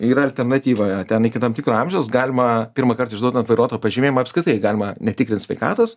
yra alternatyva ten iki tam tikro amžiaus galima pirmąkart išduodant vairuotojo pažymėjimą apskritai galima netikrint sveikatos